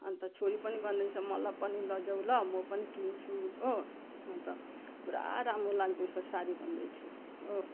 अनि त छोरी पनि भन्दैछ मलाई पनि लैजाऊ ल म पनि किन्छु हो अनि त पुरा राम्रो लाग्दैछ साडी भन्दैथियो हो